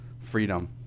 freedom